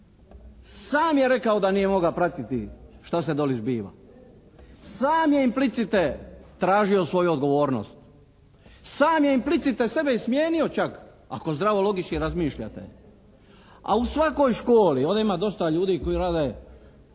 Sam je rekao da nije mogao pratiti šta se doli zbiva. Sam je implicite tražio svoju odgovornost. Sam je implicite sebe i smijenio čak ako zdravo logički razmišljate. A u svakoj školi, ovdje ima dosta ljudi koji rade